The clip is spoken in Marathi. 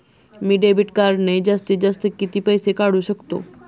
मी डेबिट कार्डने जास्तीत जास्त किती पैसे काढू शकतो?